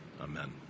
Amen